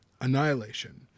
Annihilation